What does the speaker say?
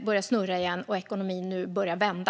börjar snurra igen och ekonomin börjar vända.